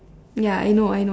ya I know I know